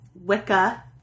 Wicca